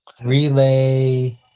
Relay